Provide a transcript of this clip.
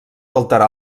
alterar